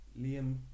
Liam